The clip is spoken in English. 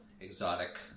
exotic